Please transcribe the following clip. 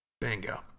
Bingo